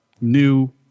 new